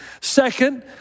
Second